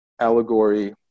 allegory